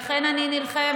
לכן אני נלחמת.